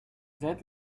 that